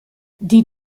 die